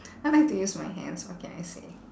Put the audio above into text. I like to use my hands what can I say